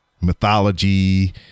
mythology